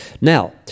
Now